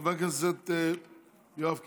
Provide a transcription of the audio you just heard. חבר הכנסת יואב קיש.